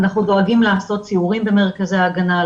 אנחנו דואגים לעשות סיורים במרכזי ההגנה,